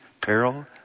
peril